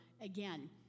again